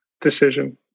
decision